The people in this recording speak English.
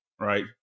Right